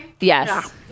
yes